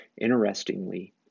Interestingly